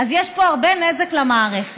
אז יש פה הרבה נזק למערכת.